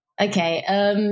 Okay